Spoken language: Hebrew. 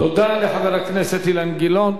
תודה לחבר הכנסת אילן גילאון.